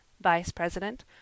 Vice-President